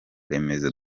remezo